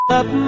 up